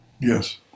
Yes